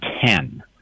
ten